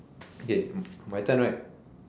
okay my turn right